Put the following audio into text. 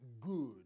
good